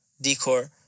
decor